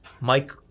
Mike